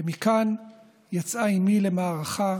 ומכאן יצאה אימי למערכה